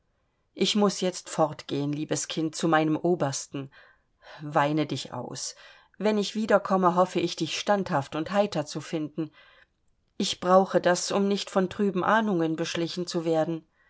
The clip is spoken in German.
ich muß jetzt fortgehen liebes kind zu meinem obersten weine dich aus wenn ich wiederkomme hoffe ich dich standhaft und heiter zu finden ich brauche das um nicht von trüben ahnungen beschlichen zu werden